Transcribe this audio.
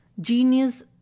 Genius